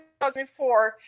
2004